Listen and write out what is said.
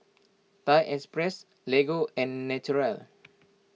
Thai Express Lego and Naturel